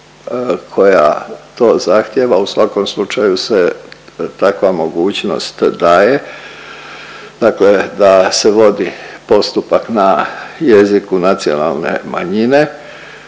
koja to zahtijeva u svakom slučaju se takva mogućnost daje, dakle da se vodi postupak na jeziku nacionalne manjine,